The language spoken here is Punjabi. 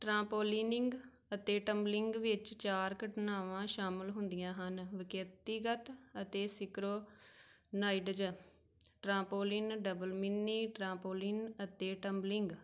ਟਰਾਂਪੋਲਿਨਿੰਗ ਅਤੇ ਟੰਬਲਿੰਗ ਵਿੱਚ ਚਾਰ ਘਟਨਾਵਾਂ ਸ਼ਾਮਲ ਹੁੰਦੀਆਂ ਹਨ ਵਿਅਕਤੀਗਤ ਅਤੇ synchronized trampoline double mini trampoline ਅਤੇ ਟੰਬਲਿੰਗ